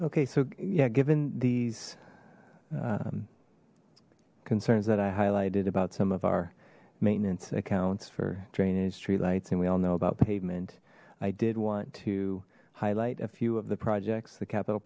okay so yeah given these concerns that i highlighted about some of our maintenance accounts for drainage street lights and we all know about pavement i did want to highlight a few of the projects the capital